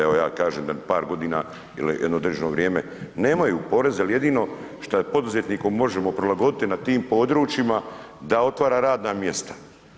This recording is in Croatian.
Evo ja kažem da bi par godina ili jedno određeno vrijeme nemaju poreze jel jedino šta poduzetniku možemo prilagoditi na tim područjima da otvara radna mjesta.